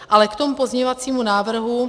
Ale k tomu pozměňovacímu návrhu.